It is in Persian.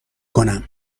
کنم